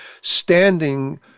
standing